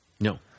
No